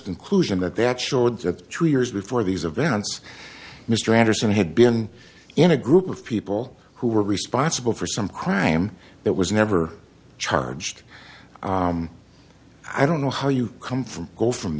conclusion that that showed that two years before these events mr anderson had been in a group of people who were responsible for some crime that was never charged i don't know how you come from